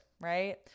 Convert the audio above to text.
right